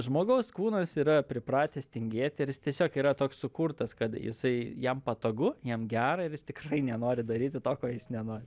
žmogaus kūnas yra pripratęs tingėt ir jis tiesiog yra toks sukurtas kad jisai jam patogu jam gera ir jis tikrai nenori daryti to ko jis nenori